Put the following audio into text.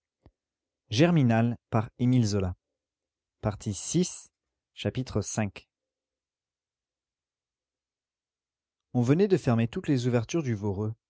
v on venait de fermer toutes les ouvertures du